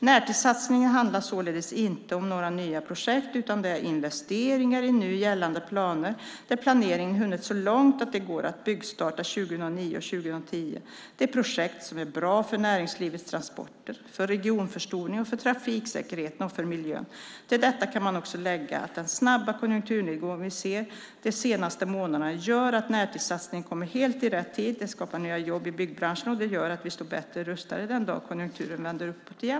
Närtidssatsningen handlar således inte om några nya projekt, utan det är investeringar i nu gällande planer där planeringen hunnit så långt att det går att byggstarta 2009 eller 2010. Det är projekt som är bra för näringslivets transporter, för regionförstoringen, för trafiksäkerheten och för miljön. Till detta kan man också lägga att den snabba konjunkturnedgång vi sett de senaste månaderna gör att närtidssatsningen kommer helt i rätt tid. Den skapar nya jobb i byggbranschen och den gör att vi står bättre rustade den dag konjunkturen vänder uppåt igen.